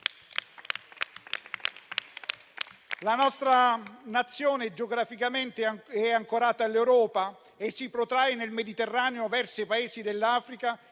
La nostra Nazione geograficamente è ancorata all'Europa e si protrae nel Mediterraneo verso i Paesi dell'Africa